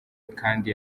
kandi